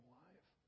life